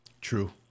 True